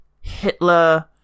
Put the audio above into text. Hitler